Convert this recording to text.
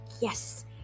Yes